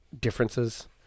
differences